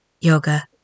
yoga